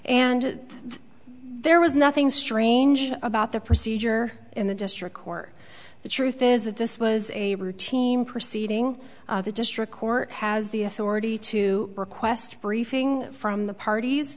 and there was nothing strange about the procedure in the district court the truth is that this was a routine proceeding the district court has the authority to request briefing from the parties